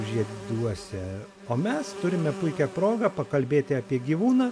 žieduose o mes turime puikią progą pakalbėti apie gyvūną